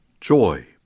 joy